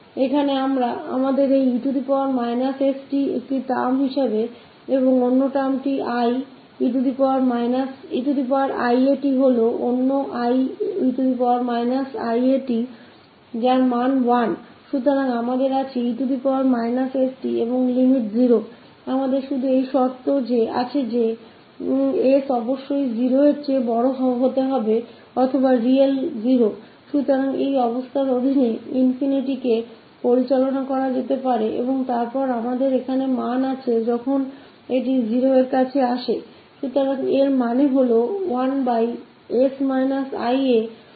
यहाँ हमारे पास 𝑒−𝑠𝑡 एक term है और अन्य शब्द के रूप में साथ है 𝑖 तो अन्य है 𝑒𝑖𝑎𝑡 𝑒𝑖𝑎𝑡 जिसका मान 1 है इसलिए हमारे पास केवल 𝑒−𝑠𝑡 है और इस limit के साथ इस 0 को पाने के लिए बस शर्त है कि 𝑠 सिर्फ 0 से अधिक होना चाहिए या real होना चाहिए s 0 से अधिक होना चाहिए तो यह शर्त के तहत ∞ संभाला जा सकता है और फिर हमारे पास यह मूल्य है जब t 0 की तरफ जाएगा इसका मतलब यह है 1s ia का मान 𝑒𝑖𝑎𝑡 होगा